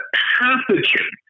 pathogen